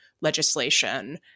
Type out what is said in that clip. legislation